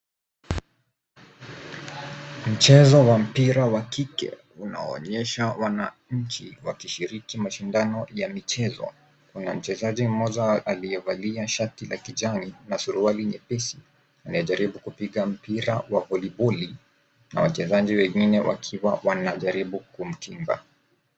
Mchezo wa mpira wa kike unaonyesha wananchi wakishiriki mashindano ya michezo. Kuna mchezaji mmoja aliyevalia shati la kijani na suruali nyepesi anajaribu kupiga mpira wa voliboli na wachezaji wengine wakiwa wanajaribu kumkinga.